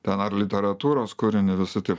ten ar literatūros kūrinį visi taip